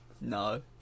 No